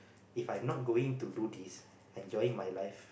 If I not going to do this enjoying my life